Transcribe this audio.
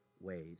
ways